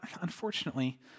unfortunately